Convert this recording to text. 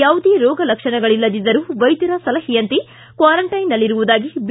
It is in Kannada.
ಯಾವುದೇ ರೋಗ ಲಕ್ಷಣಗಳಲ್ಲದಿದ್ದರೂ ವೈದ್ಯರ ಸಲಹೆಯಂತೆ ಕ್ಷಾರಂಟೈನ್ನಲ್ಲಿರುವುದಾಗಿ ಬಿ